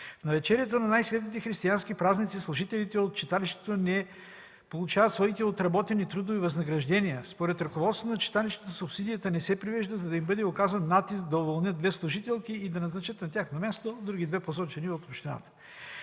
навечерието на най-светлите християнски празници служителите от читалището не получават своите отработени трудови възнаграждения. Според ръководството на читалището субсидията не се превежда, за да им бъде оказан натиск да уволнят две служителки и да назначат на тяхно място други две, посочени от общината.